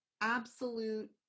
absolute